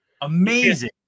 Amazing